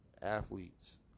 Athletes